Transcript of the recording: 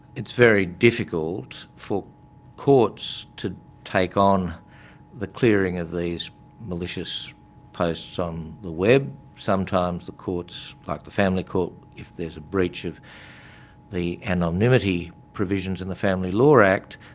it's very difficult for courts to take on the clearing of these malicious posts on the web. sometimes the courts, like the family court, if there is a breach of the anonymity provisions in the family law act,